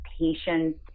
patience